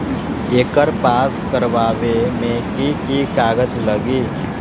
एकर पास करवावे मे की की कागज लगी?